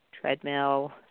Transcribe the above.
treadmill